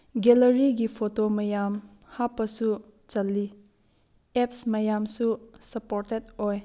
ꯒꯦꯂꯔꯤꯒꯤ photo ꯃꯌꯥꯝ ꯍꯥꯞꯄꯁꯨ ꯆꯜꯂꯤ ꯑꯦꯄꯁ ꯃꯌꯥꯝꯁꯨ ꯁꯥꯞꯄꯣꯔꯇꯦꯗ ꯑꯣꯏ